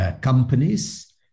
companies